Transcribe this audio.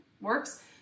works